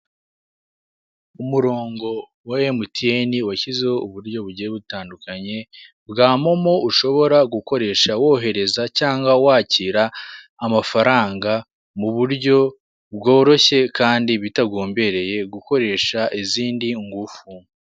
Umurongo wa MTN washyizeho uburyo bugiye butandukanye, bwa Momo ushobora gukoresha wohereza cyangwa wakira amafaranga mu buryo bworoshye kandi bitagombereye gukoresha izindi ngufu.